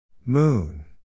Moon